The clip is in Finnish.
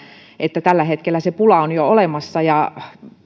että tällä hetkellä se pula on jo olemassa